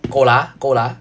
够啦够啦